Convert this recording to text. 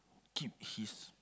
keep his